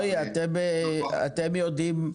רועי, אתם יודעים,